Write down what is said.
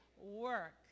work